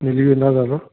मिली वेंदा दादा